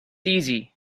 easy